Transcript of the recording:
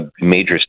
major